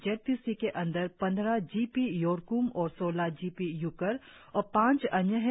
Z P C के अंदर पंद्रह जी पी योरक्म और सौलह जी पी यूकर और पांच अन्य है